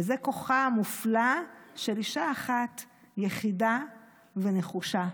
וזה כוחה המופלא של אישה אחת יחידה ונחושה.